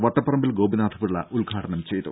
വട്ടപ്പറമ്പിൽ ഗോപിനാഥപിള്ള ഉദ്ഘാടനം ചെയ്തു